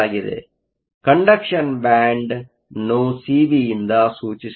ಆದ್ದರಿಂದ ಕಂಡಕ್ಷನ್ ಬ್ಯಾಂಡ್ನ್ನು ಸಿಬಿಯಿಂದ ಸೂಚಿಸಲಾಗಿದೆ